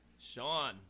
Sean